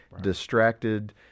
distracted